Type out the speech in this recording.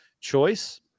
choice